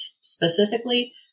specifically